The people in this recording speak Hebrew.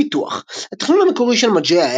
פיתוח התכנון המקורי של Mageia היה